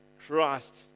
Christ